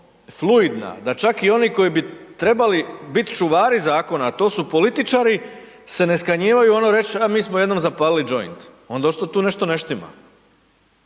da čak i oni koji bi trebali biti čuvari Zakona, a to su političari, se ne skanjivaju ono reć', a mi smo jednom zapalili joint, onda očito tu nešto ne štima.